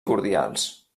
cordials